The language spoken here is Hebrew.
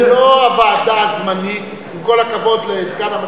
זה לא הוועדה הזמנית, עם כל הכבוד לסגן המזכירה.